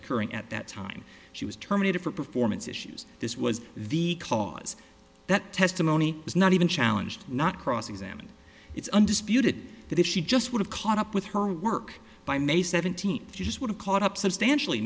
occurring at that time she was terminated for performance issues this was the cause that testimony was not even challenged not cross examined it's undisputed that if she just would have caught up with her work by may seventeenth she just would have caught up substantially